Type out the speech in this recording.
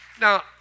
Now